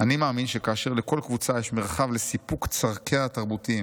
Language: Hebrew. "אני מאמין שכאשר לכל קבוצה יש מרחב לסיפוק צרכיה התרבותיים